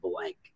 blank